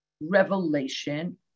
revelation